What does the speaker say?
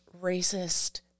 racist